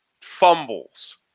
fumbles